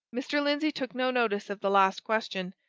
mr. lindsey took no notice of the last question.